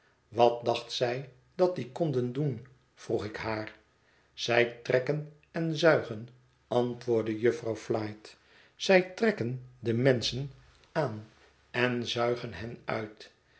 wat dacht zij dat die konden doen vroeg ik haar zij trekken en zuigen antwoordde jufvrouw flite zij trekken de menschen aan en zuigen hen uit